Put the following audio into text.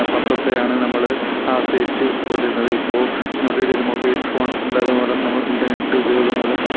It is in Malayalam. പത്രത്തെയാണ് നമ്മൾ ആശ്രയിച്ചു കൊണ്ടിരുന്നത് ഇപ്പോൾ ഞൊടിയിടയിൽ മൊബൈൽ ഫോൺ ഉണ്ടത് മൂലം നമ്മൾ ഇൻ്റർനെറ്റ് ഉപയോഗം മൂലം